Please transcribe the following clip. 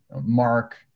Mark